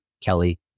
Kelly